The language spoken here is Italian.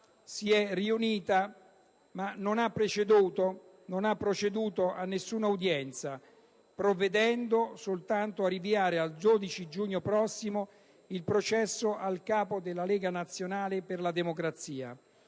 si è riunita ma non ha proceduto a nessuna udienza, provvedendo soltanto a rinviare al 12 giugno prossimo il processo al capo della Lega nazionale per la democrazia.